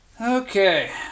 Okay